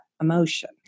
emotion